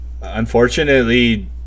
unfortunately